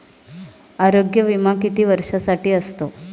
आरोग्य विमा किती वर्षांसाठी असतो?